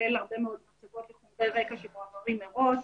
כולל הרבה מאוד מצגות רקע שמועברות מראש.